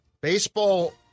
Baseball